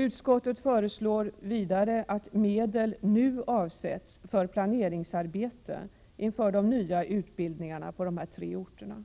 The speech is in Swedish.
Utskottet föreslår vidare att medel nu avsätts för planeringsarbete inför de nya utbildningarna på de här tre orterna.